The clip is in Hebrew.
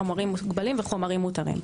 חומרים מוגבלים וחומרים מותרים.